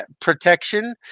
protection